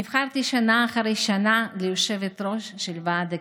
נבחרתי שנה אחר שנה ליושבת-ראש ועד הכיתה.